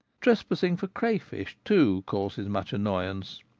trespassing for crayfish, too, causes much annoy ance.